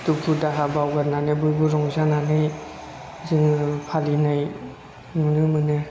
दुखु दाहा बावगारनानै बयबो रंजानानै जोङो फालिनाय नुनो मोनो